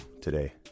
today